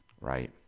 right